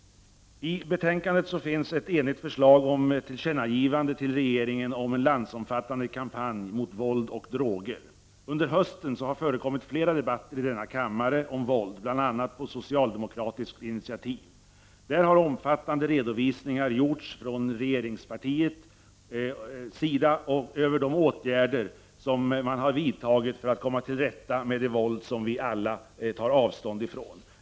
I betänkandet finns ett enigt förslag om tillkännagivande till regeringen om en landsomfattande kampanj mot våld och droger. Under hösten har i denna kammare förekommit flera debatter om våld, bl.a. på socialdemokratiskt initiativ. Därvid har omfattande redovisningar gjorts från regeringspartiets sida över de åtgärder som man har vidtagit för att komma till rätta med det våld som vi alla tar avstånd från.